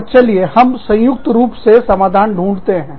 और चलिए हम संयुक्त रूप से समाधान ढूंढते हैं